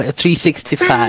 365